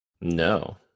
No